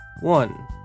One